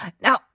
Now